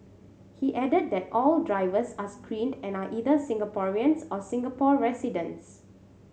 he added that all drivers are screened and are either Singaporeans or Singapore residents